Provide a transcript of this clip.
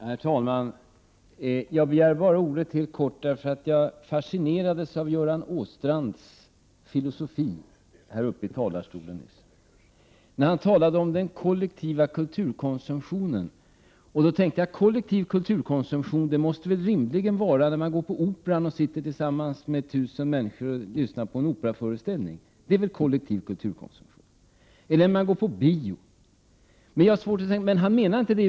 Herr talman! Jag begärde ordet därför att jag fascinerades av Göran Åstrands filosofi nyss när han talade om den kollektiva kulturkonsumtionen. Kollektiv kulturkonsumtion måste väl rimligen vara då man går på Operan och sitter tillsammans med tusen andra människor och lyssnar på en operaföreställning. Det är väl kollektiv kulturkonsumtion — eller när man går på bio. Men han menar inte det.